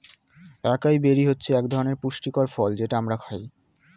একাই বেরি হচ্ছে একধরনের পুষ্টিকর ফল যেটা আমরা খাই